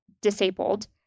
disabled